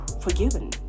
forgiven